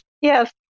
Yes